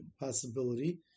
possibility